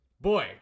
boy